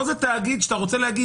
פה זה תאגיד, שאתה אומר ביקורת.